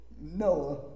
Noah